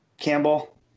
campbell